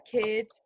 kid